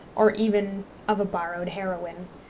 or even of a borrowed heroine,